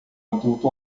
adulto